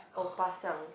oh ba siang